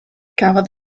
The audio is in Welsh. cafodd